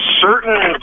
certain